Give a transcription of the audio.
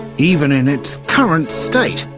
even in its current state,